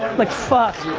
like fuck.